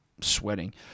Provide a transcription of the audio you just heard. sweating